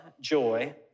joy